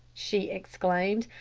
she exclaimed,